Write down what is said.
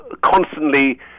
constantly